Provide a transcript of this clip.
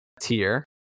tier